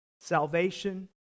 salvation